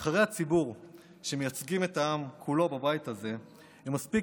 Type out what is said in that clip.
נבחרי הציבור שמייצגים את העם כולו בבית הזה הם מספיק